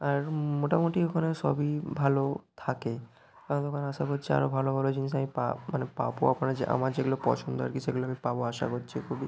আর মোটামুটি ওখানে সবই ভালো থাকে আর এবার আশা করছি আরও ভালো ভালো জিনিস মানে পাব আপনারা যে আমার যেগুলো পছন্দ আরকি সেগুলো আমি পাব আশা করছি খুবই